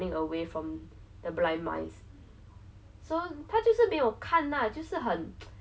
so we went to play like the 姐姐们 that was there also I think that was sec one maybe not very sure